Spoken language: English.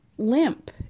limp